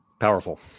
Powerful